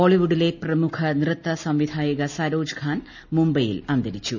ബോളിവുഡിലെ പ്രമുഖ നൃത്ത സംവിധായിക സരോജ് ഖാൻ മുംബൈയിൽ അന്തരിച്ചു